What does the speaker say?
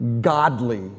Godly